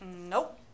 nope